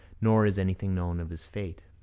nor is anything known of his fate.